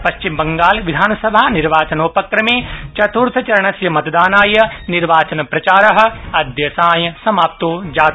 पश्चिम बंगाल विधानसभा निर्वाचनोपक्रमे चत्र्थचरणस्य मतदानाय निर्वाचन प्रचार अद्य सायं समाप्तो जात